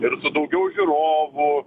ir daugiau žiūrovų